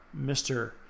Mr